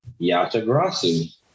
Yatagrasu